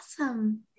awesome